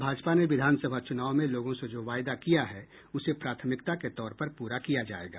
भाजपा ने विधानसभा चुनाव में लोगों से जो वायदा किया है उसे प्राथमिकता के तौर पर पूरा किया जायेगा